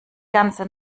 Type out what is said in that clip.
ganze